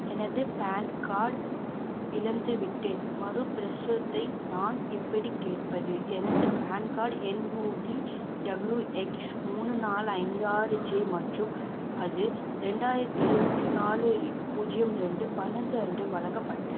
எனது PAN card இழந்துவிட்டேன் மறுபிரசுரத்தை நான் எப்படிக் கேட்பது எனது PAN card N U V W X மூணு நாலு ஐந்து ஆறு ஜே மற்றும் அது ரெண்டாயிரத்து இருபத்தி நாலு பூஜ்ஜியம் ரெண்டு பன்னெண்டு அன்று வழங்கப்பட்டது